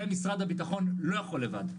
זה משרד הביטחון לא יכול לבד,